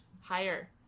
higher